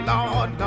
Lord